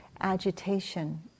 agitation